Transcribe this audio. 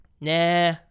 Nah